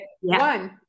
One